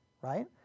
right